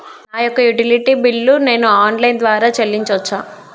నా యొక్క utility bill ను నేను ఆన్ లైన్ ద్వారా చెల్లించొచ్చా?